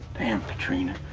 damn katrina,